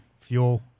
fuel